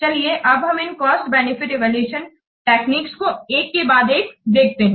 चलिए अब हम इन कॉस्ट बेनिफिट इवैल्यूएशन टेक्निक्सको एक के बाद एक देखते हैं